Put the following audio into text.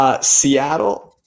Seattle